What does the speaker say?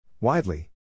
Widely